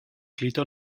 gludo